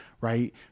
right